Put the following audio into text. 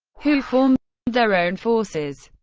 who formed their own forces.